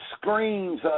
screams –